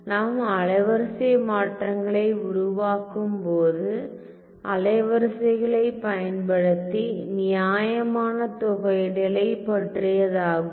நாம் அலைவரிசை மாற்றங்களை உருவாக்கும்போது அலைவரிசைகளைப் பயன்படுத்தி நியாயமான தொகையிடலைப் பற்றியதாகும்